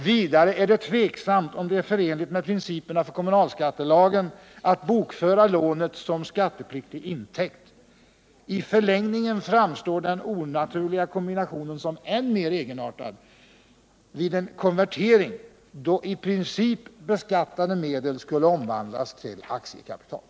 Vidare är det tveksamt om det är förenligt med principerna för kommunalskattelagen att bokföra lånet som skattepliktig intäkt. I förlängningen framstår den onaturliga kombinationen som än mer 61 egenartad vid en konvertering, då i princip beskattade medel skulle omvandlas till aktiekapital.